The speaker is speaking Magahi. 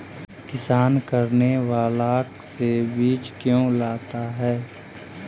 किसान करने ब्लाक से बीज क्यों लाता है?